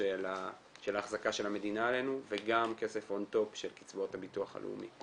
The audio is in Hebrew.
של האחזקה של המדינה עלינו וגם כסף און טופ של קצבאות הביטוח הלאומי.